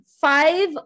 five